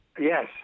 Yes